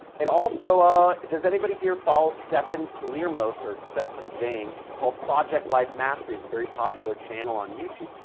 and also, ah does anybody here follow stephan palermo source f and james called project life mastery. it's a very popular channel on youtube.